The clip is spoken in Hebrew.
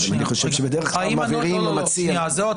אני חושב שבדרך כלל מעבירים למציע לראות.